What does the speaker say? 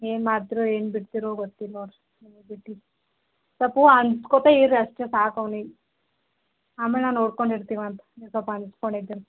ಏನು ಮಾಡ್ತೀರೋ ಏನು ಬಿಡ್ತಿರೋ ಗೊತ್ತಿಲ್ಲ ಸಲ್ಪ ಅಂಜಿಕೋತ ಇರಿ ಅಷ್ಟೇ ಸಾಕು ಅವ್ನಿಗೆ ಆಮೇಲೆ ನಾ ನೋಡ್ಕೊಂಡು ಇರ್ತೀವಿ ಅಂತ ನೀವು ಸ್ವಲ್ಪ ಅಂಜ್ಕೊಂಡು ಇದ್ರೆ